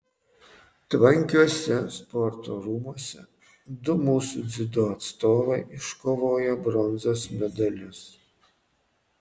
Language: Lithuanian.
tvankiuose sporto rūmuose du mūsų dziudo atstovai iškovojo bronzos medalius